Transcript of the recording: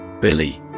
Billy